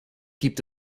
gibt